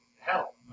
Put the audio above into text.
hell